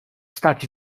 stać